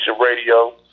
Radio